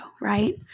right